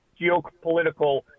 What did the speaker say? geopolitical